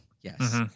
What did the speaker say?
Yes